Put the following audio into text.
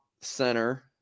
center